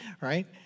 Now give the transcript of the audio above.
right